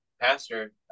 pastor